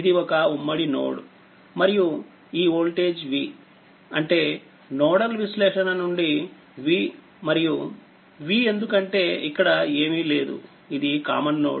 ఇది ఒక ఉమ్మడి నోడ్ మరియు ఈ వోల్టేజ్Vఅంటే నోడల్ విశ్లేషణ నుండి VమరియుVఎందుకంటే ఇక్కడ ఏమీ లేదు ఇది కామన్ నోడ్